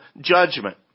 judgment